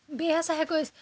ببیٚہِ ہَسا ہیکو أسۍ